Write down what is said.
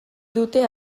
dute